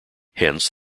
hence